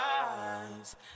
eyes